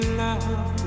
love